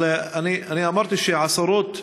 אבל אני אמרתי שעשרות שסיימו,